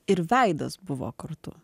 ir veidas buvo kartu